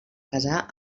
casà